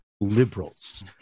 liberals